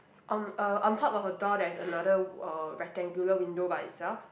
on uh on top of a door there's another uh rectangular window by itself